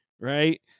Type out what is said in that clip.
right